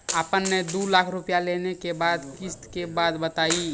आपन ने दू लाख रुपिया लेने के बाद किस्त के बात बतायी?